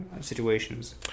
situations